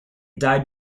died